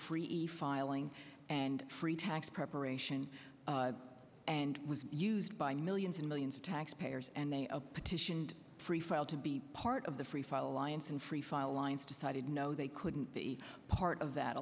free e filing and free tax preparation and was used by millions and millions of taxpayers and they petitioned free file to be part of the free file alliance and free file lines decided no they couldn't be part of that